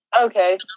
Okay